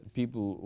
people